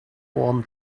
warm